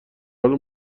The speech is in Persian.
حال